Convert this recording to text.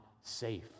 safe